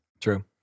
True